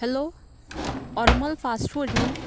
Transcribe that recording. hello Harmal fast food न्ही